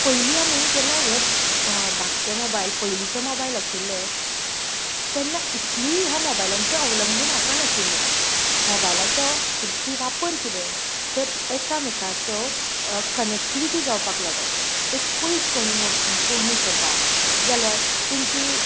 पयलीं आमी जेन्ना हेच धाकटे मोबायल पयलींचे मोबायल आशिल्ले तेन्ना इतलींय ह्या मोबायलांचेर अवलंबून आसा नाशिल्लीं मोबायलाचो हरशीं वापर कितें तर एकामेकाचो कनॅक्टिविटी जावपाक लागून एक पयस कोणू मोब मोनीस आसा जाल्यार तेंची